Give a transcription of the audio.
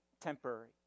temporary